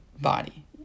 body